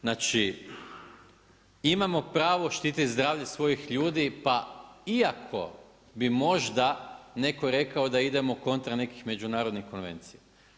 Znači, imamo pravo štititi zdravlje svojih ljudi, pa iako bi možda netko rekao da idemo kontra nekih međunarodnih konvencija.